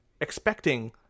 expecting